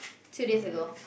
two days ago